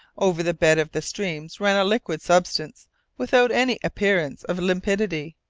over the bed of the streams ran a liquid substance without any appearance of limpidity,